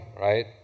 right